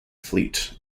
fleet